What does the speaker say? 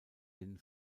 den